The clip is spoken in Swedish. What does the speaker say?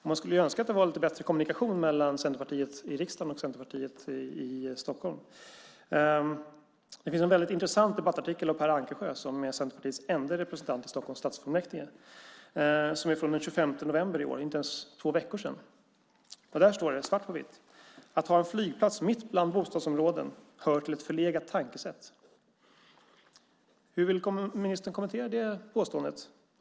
Man skulle önska att det var lite bättre kommunikation mellan Centerpartiet i riksdagen och Centerpartiet i Stockholm. Det finns en intressant debattartikel av Per Ankersjö, som är Centerpartiets enda representant i Stockholms stadsfullmäktige. Artikeln är från den 25 november i år - inte ens två veckor sedan. Där står det så här, svart på vitt: Att ha en flygplats mitt bland bostadsområden hör till ett förlegat tankesätt. Hur vill ministern kommentera det påståendet?